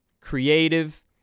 creative